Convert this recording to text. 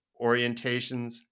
orientations